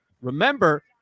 remember